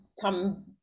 come